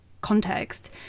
context